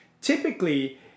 typically